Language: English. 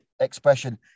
expression